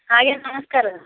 ଆଜ୍ଞା ନମସ୍କାର